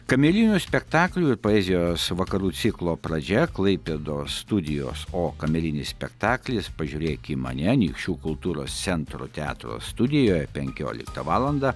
kamerinių spektaklių ir poezijos vakarų ciklo pradžia klaipėdos studijos o kamerinis spektaklis pažiūrėk į mane anykščių kultūros centro teatro studijoje penkioliktą valandą